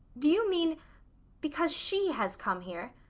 do you mean because she has come here?